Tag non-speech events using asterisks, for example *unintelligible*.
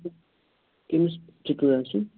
کٔمِس *unintelligible*